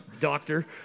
Doctor